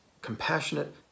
compassionate